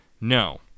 no